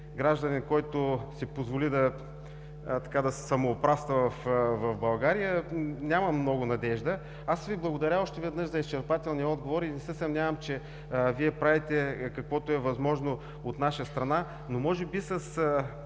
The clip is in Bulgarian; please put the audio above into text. гражданин, който си позволи да самоуправства в България, нямам много надежда. Благодаря Ви още веднъж за изчерпателния отговор и не се съмнявам, че Вие правите каквото е възможно от наша страна, но може би със